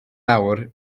nawr